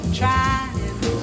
trying